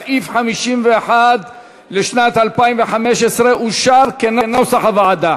סעיף 51 לשנת 2015 אושר כנוסח הוועדה.